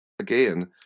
again